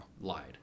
Lied